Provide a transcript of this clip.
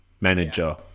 manager